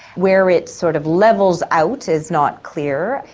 where it sort of levels out is not clear.